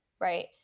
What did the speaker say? right